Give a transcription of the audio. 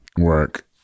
Work